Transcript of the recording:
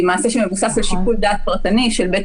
היא מעשה שמבוסס על שיקול דעת פרטני של בית